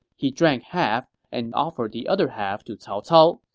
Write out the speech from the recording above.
he drank half and offered the other half to cao cao,